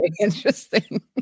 interesting